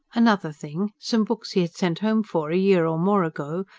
another thing, some books he had sent home for, a year or more ago,